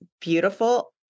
beautiful